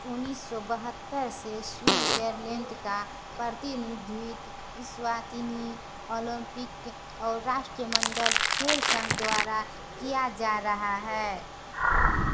उनीस सौ बहत्तर से स्वीजरलैण्ड का प्रतिनिधित्व इस्वातिनी ओलम्पिक और राष्ट्रमण्डल खेल संघ द्वारा किया जा रहा है